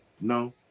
no